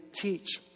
teach